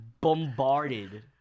bombarded